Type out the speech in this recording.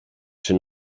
czy